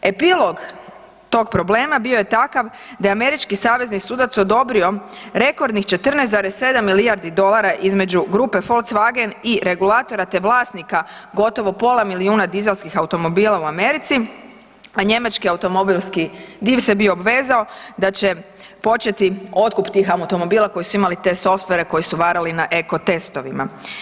Epilog tog problema bio je takav da je američki savezni sudac odobrio rekordnih 14,7 milijardi dolara između grupe volkswagen i regulatora, te vlasnika gotovo pola milijuna diselskih automobila u Americi, a njemački automobilski div se bio obvezao da će početi otkup tih automobila koji su imali te software koji su varali na eko testovima.